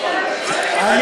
לא, "יכול להיות" לא.